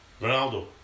Ronaldo